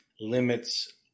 limits